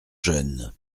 jeune